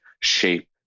shape